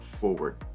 forward